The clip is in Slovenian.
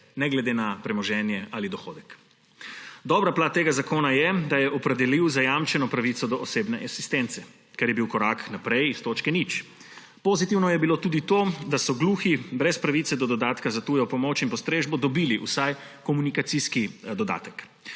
ne glede na premoženje ali dohodek. Dobra plat tega zakona je, da je opredelil zajamčeno pravico do osebne asistence, kar je bil korak naprej iz točke nič. Pozitivno je bilo tudi to, da so gluhi brez pravice do dodatka za tujo pomoč in postrežbo dobili vsaj komunikacijski dodatek.